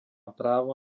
právo